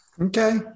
Okay